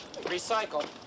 Recycle